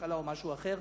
מחלה או משהו אחר,